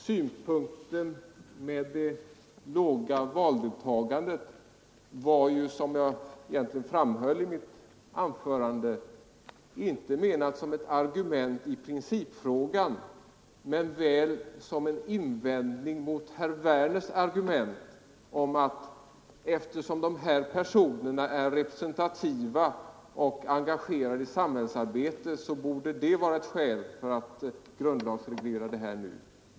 Synpunkten i fråga om det låga valdeltagandet var ju, som jag framhöll i mitt anförande, inte ett argument i principfrågan men väl en invändning mot herr Werners resonemang om att de här personerna är så representativa och engagerade i samhällsarbete att det utgör ett skäl för att grundlagsreglera frågan nu.